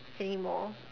anymore